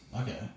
Okay